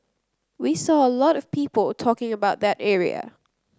we saw a lot of people talking about that area